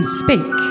speak